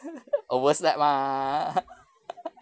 overslept mah